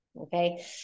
Okay